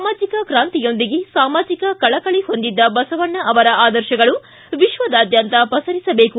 ಸಾಮಾಜಿಕ ಕ್ರಾಂತಿಯೊಂದಿಗೆ ಸಾಮಾಜಿಕ ಕಳಕಳಿ ಹೊಂದಿದ್ದ ಬಸವಣ್ಣ ಅವರ ಆದರ್ಶಗಳು ವಿಶ್ವದಾದ್ಯಂತ ಪಸರಿಸಬೇಕು